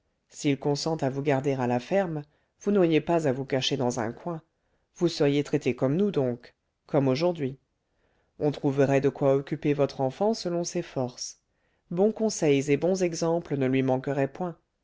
s'il consent à vous garder à la ferme vous n'auriez pas à vous cacher dans un coin vous seriez traité comme nous donc comme aujourd'hui on trouverait de quoi occuper votre enfant selon ses forces bons conseils et bons exemples ne lui manqueraient point